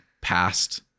past